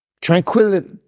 tranquility